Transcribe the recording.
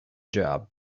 job